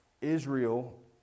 Israel